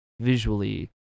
visually